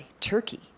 Turkey